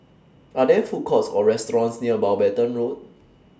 Are There Food Courts Or restaurants near Mountbatten Road